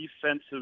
defensive